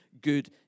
good